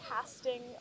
casting